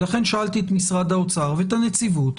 ולכן שאלתי את משרד האוצר ואת הנציבות,